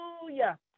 Hallelujah